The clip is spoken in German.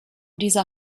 dieser